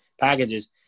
packages